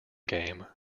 game